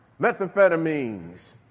methamphetamines